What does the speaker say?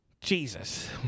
Jesus